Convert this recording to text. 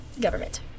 government